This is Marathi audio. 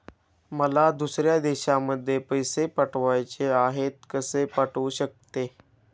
मला दुसऱ्या देशामध्ये पैसे पाठवायचे आहेत कसे पाठवू शकते?